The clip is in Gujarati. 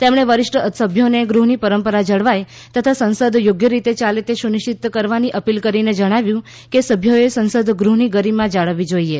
તેમણે વરિષ્ઠ સભ્યોને ગૃહની પરંપરા જળવાય તથા સંસદ યોગ્ય રીતે યાલે તે સુનિશ્ચિત કરવાની અપીલ કરીને જણાવ્યું કે સભ્યોએ સંસદ ગૃહની ગરિમા જાળવવી જોઈએ